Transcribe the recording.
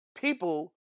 people